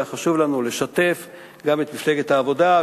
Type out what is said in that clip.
היה חשוב לנו לשתף גם את מפלגת העבודה,